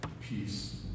peace